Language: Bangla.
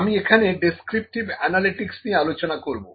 আমি এখানে ডেস্ক্রিপটিভ অ্যানালিটিকস নিয়ে আলোচনা করব